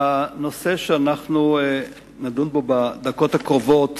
הנושא שאנחנו נדון בו בדקות הקרובות